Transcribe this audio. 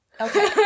Okay